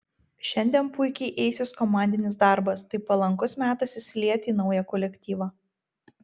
šiandien puikiai eisis komandinis darbas tai palankus metas įsilieti į naują kolektyvą